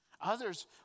Others